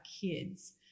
kids